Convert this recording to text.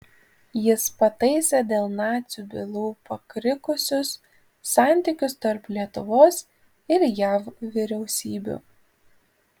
jis pataisė dėl nacių bylų pakrikusius santykius tarp lietuvos ir jav vyriausybių